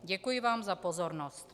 Děkuji vám za pozornost.